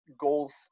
goals